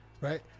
right